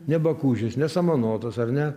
ne bakūžės samanotos ar ne